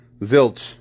Zilch